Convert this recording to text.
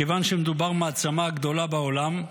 מכיוון שמדובר במעצמה הגדולה בעולם,